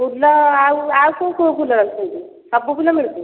ଫୁଲ ଆଉ ଆଉ କେଉଁ କେଉଁ ଫୁଲ ରଖିଛନ୍ତି ସବୁ ଫୁଲ ମିଳୁଛି